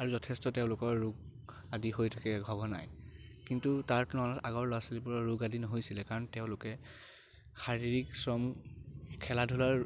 আৰু যথেষ্ট তেওঁলোকৰ ৰোগ আদি হৈ থাকে সঘনাই কিন্তু তাৰ তুলনাত আগৰ ল'ৰা ছোৱালীবোৰৰ ৰোগ আদি নহৈছিলে কাৰণ তেওঁলোকে শাৰীৰিক শ্ৰম খেলা ধূলাৰ